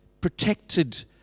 protected